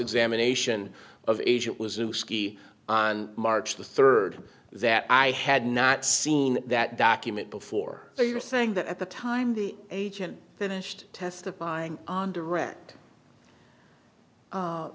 examination of agent was new ski on march the third that i had not seen that document before so you're saying that at the time the agent finished testifying on direct